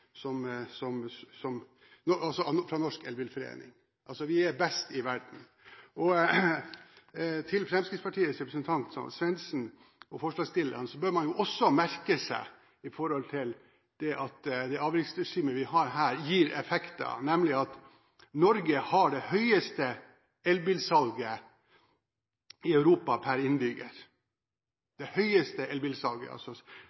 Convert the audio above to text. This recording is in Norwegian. er best i verden. Til Fremskrittspartiets representant Svendsen og forslagsstillerne: Man bør også merke seg når det gjelder det at det avgiftsregimet vi har gir effekter, at Norge har det høyeste elbilsalget i Europa per innbygger – det høyeste elbilsalget, altså.